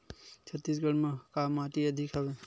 छत्तीसगढ़ म का माटी अधिक हवे?